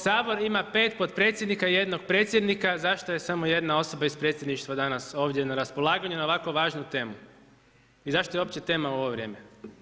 Sabor ima pet potpredsjednika, jedno predsjednika zašto se samo jedna osoba iz predsjedništva danas ovdje na raspolaganju na ovako važnu temu i zašto je uopće tema u ovo vrijeme?